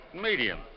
Medium